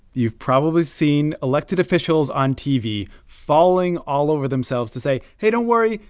you've probably seen elected officials on tv falling all over themselves to say, hey, don't worry.